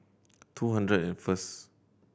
two hundred and first